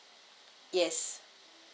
yes